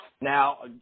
Now